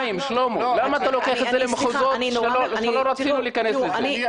למה אתה לוקח את זה למחוזות שלא רצינו להיכנס אליהם?